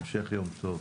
המשך יום טוב.